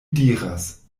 diras